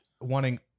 Wanting